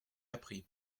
appris